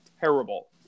terrible